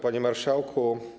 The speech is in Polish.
Panie Marszałku!